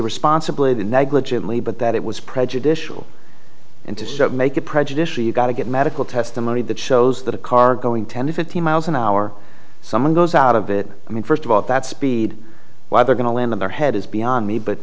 irresponsibly that negligently but that it was prejudicial and to shut make it prejudicial you've got to get medical testimony that shows that a car going ten to fifteen miles an hour someone goes out of it i mean first of all at that speed why they're going to land on their head is beyond me but